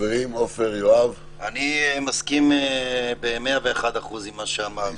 אני מסכים ב-101% עם מה שאמר אלי.